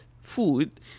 food